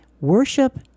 worship